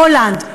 הולנד,